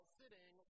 sitting